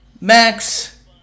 Max